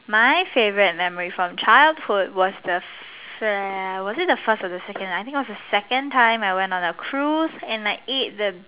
my favourite memory from childhood was the Se was it the first or the second I think it was the second time I went on a Cruise and I ate the